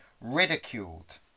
ridiculed